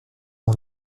mon